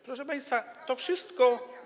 Proszę państwa, to wszystko.